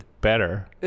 better